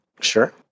Sure